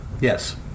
Yes